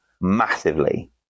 massively